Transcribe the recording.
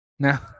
Now